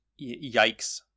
yikes